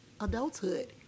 adulthood